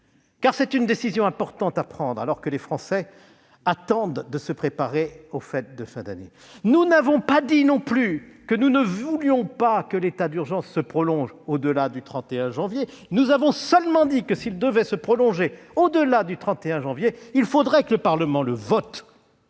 C'est une décision importante à prendre, les Français attendant de se préparer aux fêtes de fin d'année. Nous n'avons pas non plus refusé que l'état d'urgence se prolonge au-delà du 31 janvier ; nous avons seulement dit que, s'il devait se prolonger au-delà de cette date, il faudrait que le Parlement le vote.